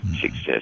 success